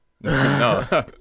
No